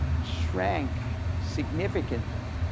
shrank significantly.